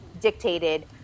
dictated